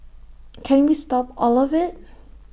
can we stop all of IT